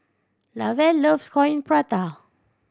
Lavelle loves Coin Prata